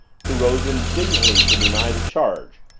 who rose indignantly to deny the charge.